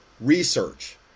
research